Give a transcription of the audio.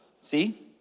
See